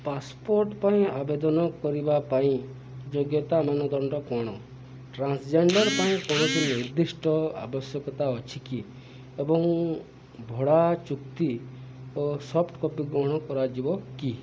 passport ପାଇଁ ଆବେଦନ କରିବା ପାଇଁ ଯୋଗ୍ୟତା ମାନଦଣ୍ଡ କ'ଣ ଟ୍ରାନ୍ସଜେଣ୍ଡର୍ ପାଇଁ କୌଣସି ନିର୍ଦ୍ଦିଷ୍ଟ ଆବଶ୍ୟକତା ଅଛି କି ଏବଂ ମୁଁ ଭଡ଼ା ଚୁକ୍ତିର ସଫ୍ଟକପି ଗ୍ରହଣ କରାଯିବ କି